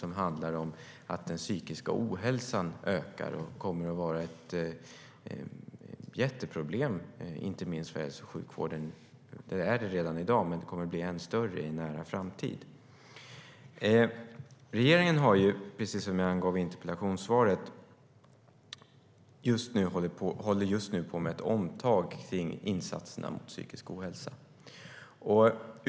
Den handlar om att den psykiska ohälsan ökar och kommer att vara ett jätteproblem, inte minst för sjukvården. Det är det redan i dag, men det kommer att bli ännu större i en nära framtid. Precis som jag angav i interpellationssvaret håller regeringen just nu på med ett omtag kring insatserna mot psykisk ohälsa.